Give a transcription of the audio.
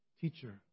teacher